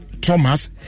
Thomas